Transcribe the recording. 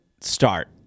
start